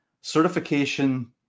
certification